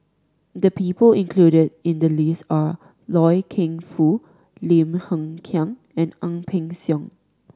the people included in the list are Loy Keng Foo Lim Hng Kiang and Ang Peng Siong